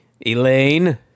Elaine